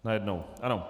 Najednou, ano.